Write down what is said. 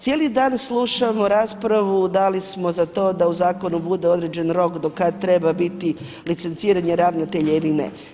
Cijeli dan slušamo raspravu da li smo za to da u zakonu bude određen rok do kad treba biti licenciranje ravnatelja ili ne.